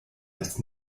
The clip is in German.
als